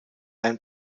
ein